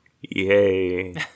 Yay